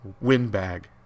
Windbag